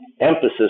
emphasis